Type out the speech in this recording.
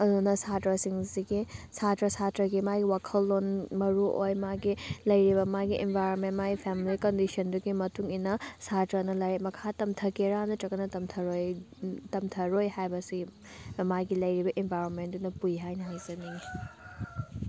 ꯑꯗꯨꯅ ꯁꯥꯇ꯭ꯔꯁꯤꯡꯁꯤꯒꯤ ꯁꯥꯇ꯭ꯔ ꯁꯥꯇ꯭ꯔꯒꯤ ꯃꯥꯒꯤ ꯋꯥꯈꯜꯂꯣꯟ ꯃꯔꯨꯑꯣꯏ ꯃꯥꯒꯤ ꯂꯩꯔꯤꯕ ꯃꯥꯒꯤ ꯏꯟꯚꯥꯏꯔꯣꯟꯃꯦꯟ ꯃꯥꯒꯤ ꯐꯦꯃꯤꯂꯤ ꯀꯟꯗꯤꯁꯟꯗꯨꯒꯤ ꯃꯇꯨꯡꯏꯟꯅ ꯁꯥꯇ꯭ꯔꯅ ꯂꯥꯏꯔꯤꯛ ꯃꯈꯥ ꯇꯝꯊꯒꯦꯔꯥ ꯅꯠꯇ꯭ꯔꯒꯅ ꯇꯝꯊꯔꯣꯏ ꯇꯝꯊꯔꯣꯏ ꯍꯥꯏꯕꯁꯤ ꯃꯥꯒꯤ ꯂꯩꯔꯤꯕ ꯏꯟꯚꯥꯏꯔꯣꯟꯃꯦꯟꯗꯨꯅ ꯄꯨꯏ ꯍꯥꯏꯅ ꯍꯥꯏꯖꯅꯤꯡꯉꯤ